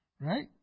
Right